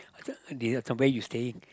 this uh some so where are you staying